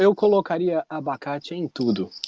so colo caria abaca ching to do